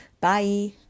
bye